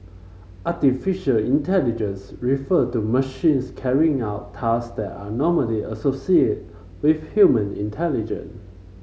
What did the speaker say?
artificial intelligence refer to machines carrying out task that are normally associate with human intelligence